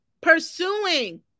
Pursuing